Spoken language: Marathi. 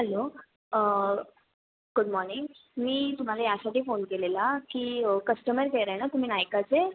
हॅलो गुड मॉर्निंग मी तुम्हाला यासाठी फोन केलेला की कस्टमर केअर आहे ना तुम्ही नायकाचे